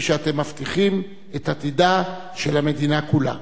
כפי שאתם מבטיחים את עתידה של המדינה כולה.